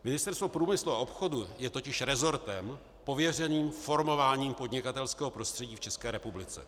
Ministerstvo průmyslu a obchodu je totiž resortem pověřeným formováním podnikatelského prostředí v České republice.